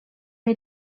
wir